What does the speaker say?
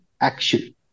action